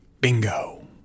Bingo